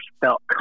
felt